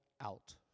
out